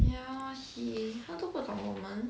yeah he 他都不懂我们